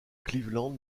cleveland